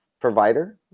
provider